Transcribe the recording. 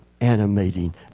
animating